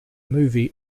movie